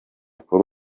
kuri